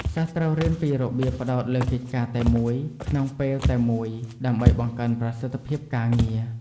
សិស្សត្រូវរៀនពីរបៀបផ្តោតលើកិច្ចការតែមួយក្នុងពេលតែមួយដើម្បីបង្កើនប្រសិទ្ធភាពការងារ។